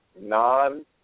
non